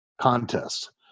contest